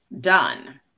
done